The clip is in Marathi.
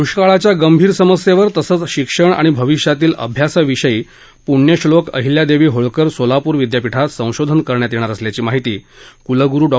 द्ष्काळाच्या गंभीर समस्येवर तसच शिक्षण आणि भविष्यातील अभ्यासाविषयी प्रण्यश्लोक अहिल्यादेवी होळकर सोलापूर विद्यापीठात संशोधन करण्यात येणार असल्याची माहिती कुलगुरू डॉ